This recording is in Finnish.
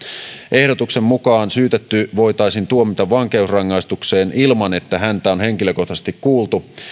ehdotuksen mukaan syytetty voitaisiin tuomita vankeusrangaistukseen ilman että häntä on henkilökohtaisesti kuultu